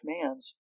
commands